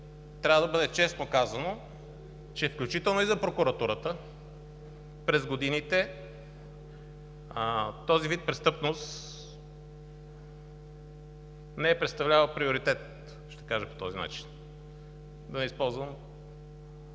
трябва да бъде честно казано, че включително и за прокуратурата през годините този вид престъпност не е представлявала приоритет – ще го кажа по този начин, да не използвам